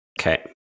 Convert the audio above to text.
Okay